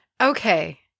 Okay